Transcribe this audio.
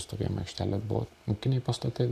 stovėjimo aikštelė buvo ūkiniai pastatai